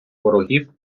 ворогів